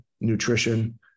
nutrition